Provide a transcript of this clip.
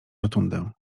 rotundę